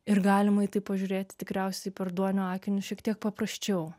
ir galimai į tai pažiūrėti tikriausiai per duonio akinius šiek tiek paprasčiau